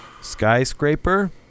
Skyscraper